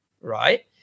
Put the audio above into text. right